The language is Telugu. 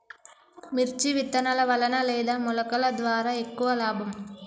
మిర్చి విత్తనాల వలన లేదా మొలకల ద్వారా ఎక్కువ లాభం?